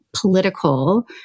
political